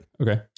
Okay